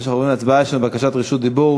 לפני שאנחנו עוברים להצבעה, יש בקשת רשות דיבור